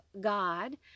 God